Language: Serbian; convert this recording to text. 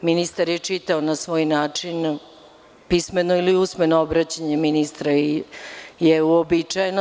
Ministar je čitao na svoj način, pismeno ili usmeno obraćanje ministra je uobičajeno.